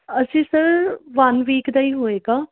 ਅਸੀਂ sir one week ਦਾ ਹੀ ਹੋਵੇਗਾ